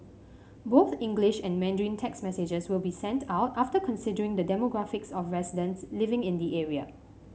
both English and Mandarin text messages will be sent out after considering the demographics of residents living in the area